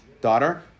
daughter